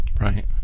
right